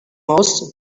most